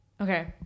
Okay